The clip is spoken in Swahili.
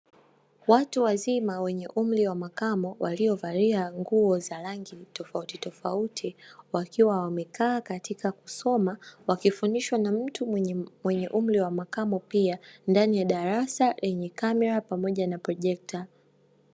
Watu wazima wenye umri wa makamo, waliovalia nguo zenye rangi tofaautitofauti, wakiwa wamekaa katika kusoma, wakifundishwa na mtu mwenye umri wa makamo, pia ndani ya darasa lenye kamera pamoja na projekta.